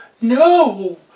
No